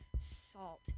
salt